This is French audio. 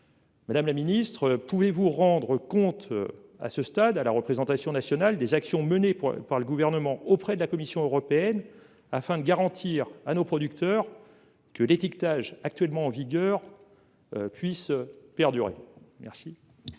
Madame la ministre, pouvez vous rendre compte. À ce stade à la représentation nationale des actions menées par le gouvernement auprès de la Commission européenne afin de garantir à nos producteurs que l'étiquetage actuellement en vigueur. Puisse perdurer.